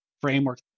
framework